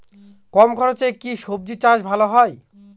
কম খরচে কি সবজি চাষ ভালো হয়?